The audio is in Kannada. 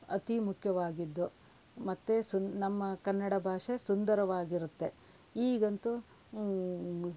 ಅತೀ ಮುಖ್ಯವಾಗಿದ್ದು ಮತ್ತೆ ಸು ನಮ್ಮ ಕನ್ನಡ ಭಾಷೆ ಸುಂದರವಾಗಿರುತ್ತೆ ಈಗಂತೂ